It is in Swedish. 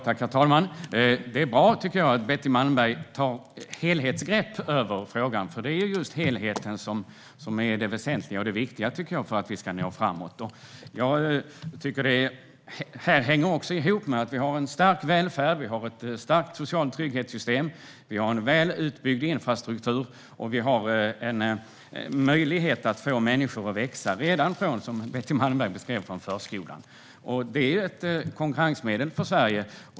Herr talman! Jag tycker att det är bra att Betty Malmberg tar ett helhetsgrepp kring frågan, för det är just helheten som är det viktiga för att vi ska nå framåt. Det hänger också ihop med att vi har en stark välfärd, ett starkt socialt trygghetssystem, en väl utbyggd infrastruktur och en möjlighet att få människor att växa, som Betty Malmberg beskrev, redan från förskolan. Det är ett konkurrensmedel för Sverige.